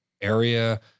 area